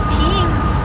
teams